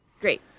great